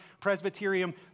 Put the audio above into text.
Presbyterian